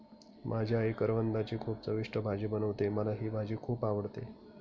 माझी आई करवंदाची खूप चविष्ट भाजी बनवते, मला ही भाजी खुप आवडते